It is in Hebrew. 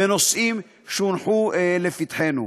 ונושאים שהונחו לפתחנו.